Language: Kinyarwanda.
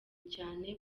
cyane